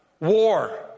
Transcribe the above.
war